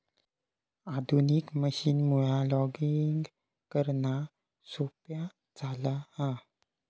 आधुनिक मशीनमुळा लॉगिंग करणा सोप्या झाला हा